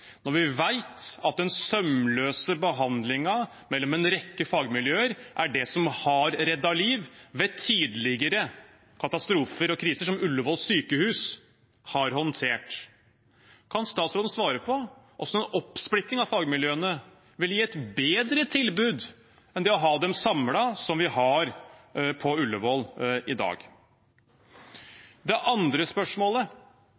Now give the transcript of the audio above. Når vi vet at den sømløse behandlingen mellom en rekke fagmiljøer er det som har reddet liv ved tidligere katastrofer og kriser som Ullevål sykehus har håndtert: Kan statsråden svare på hvordan en oppsplitting av fagmiljøene ville gi et bedre tilbud enn å ha dem samlet, som vi har på Ullevål i